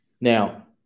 Now